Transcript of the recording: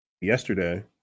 yesterday